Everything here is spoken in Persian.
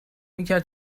میکرد